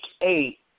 eight